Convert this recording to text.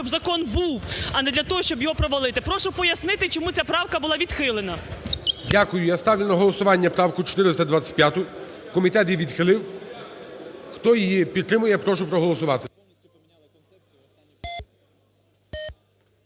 щоб закон був, а не для того, щоб його провалити. Прошу пояснити, чому ця правка була відхилена. ГОЛОВУЮЧИЙ. Дякую. Я ставлю на голосування правку 425, комітет її відхилив. Хто її підтримує, прошу проголосувати.